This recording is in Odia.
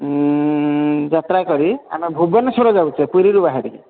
ଯାତ୍ରା କରି ଆମେ ଭୁବନେଶ୍ୱର ଯାଉଛେ ପୁରୀରୁ ବାହାରିକି